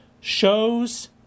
Shows